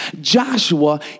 joshua